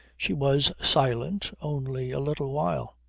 she was silent only a little while.